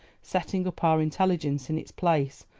setting up our intelligence in its place,